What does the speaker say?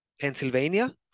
Pennsylvania